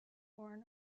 born